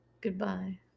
Goodbye